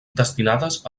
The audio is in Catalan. destinades